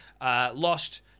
Lost